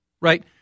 right